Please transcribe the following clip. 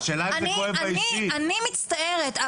אני מצטערת,